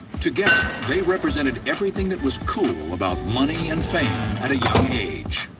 together, they represented everything that was cool about money and fame at a young age.